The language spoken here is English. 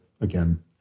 again